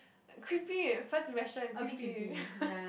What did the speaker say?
creepy first impression creepy